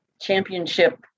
championship